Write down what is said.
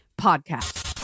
Podcast